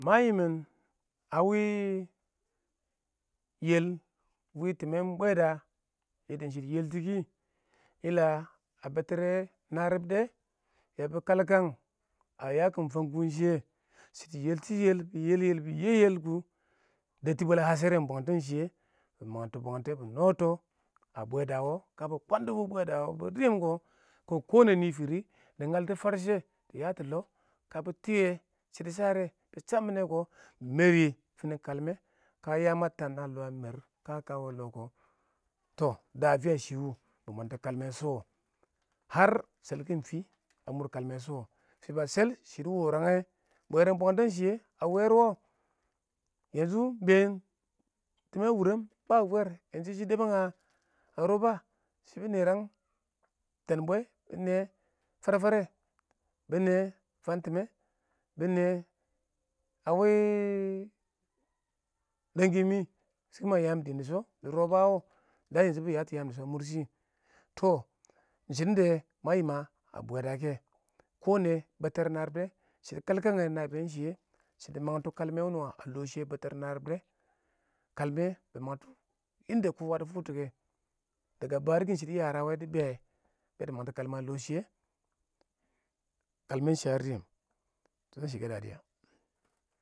ma lang a wɪɪn yel wɪɪn tɪman bweda shɪ dɪ yelti kɪ, yel a baltane harib dɛ ba dɪ kalkang a yaksn kan kuwɪ shɪya shidi yeltu yel ba yel yel kʊ a dabti bwal ngasheran bwal bwangtan shɪya mɪ mangtɔ bwangtɛ bɪ nsts a bweda wo kə bɪ kan dɔ wɪɪn bweda wɪɪn bɪ rɪm kʊ. nɪ fɪrɪ dɪ ngalts farsha, bɪ twiwa shɪdo shɪdo bɪ riye kɪ mɪ mɛrɪ finin kalmɛ kə yam a tam na yam longɪm kə iɪng mar kə taba wɪɪn yam longɪm kʊ tɔ da a fɪya shɪ wʊ bɪ mangtɔ kalmɛ sha wo shalikin fɪlɪ ba mʊr kalmɛ shʊ wo fɪ ba shal shɪ dɪ wurangnge bwangten shɪya a weer iɪng beeen tima a wuram ba weer shɪ dabang a ribba bɪ nerang tan bwa farfara bina time, bɪ nɛ a wɪɪn shɪ ma yatin dɪɪn dɪ sha dɪ ribba wɪɪn wɪɪn bɪ yatɔ yam dɪ sha a mʊr shɪ wɪɪn tɔ iɪng iɪng shɪdən dɛ ma fankuwɪ a bwada kɛ bettere narɪb dɛ shɪ dɪ kalkange yɛ na biyan shɪya shɪ dɪ mangtɔ kalmɛ wuns a longɪm shɪya a ballara harib dɛ kalmɛ bɪ mangtɔ difukts kɛ shidi yara wɛ dɪ be be dɪ mangtɔ kalmi a ɪn shɪya kalmɛ shɪya a rɪm